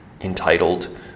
entitled